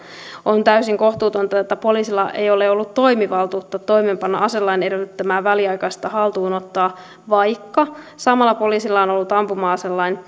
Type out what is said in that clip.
on täysin kohtuutonta että poliisilla ei ole ollut toimivaltuutta toimeenpanna aselain edellyttämää väliaikaista haltuunottoa vaikka samalla poliisilla on ollut ampuma aselain